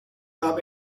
habe